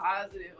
positive